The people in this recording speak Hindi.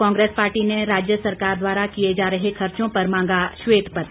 कांग्रेस पार्टी ने राज्य सरकार द्वारा किए जा रहे खर्चों पर मांगा श्वेत पत्र